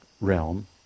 realm